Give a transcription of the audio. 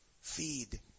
Feed